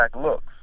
looks